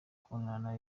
kubonana